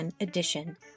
edition